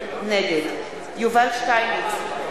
נגד יובל שטייניץ,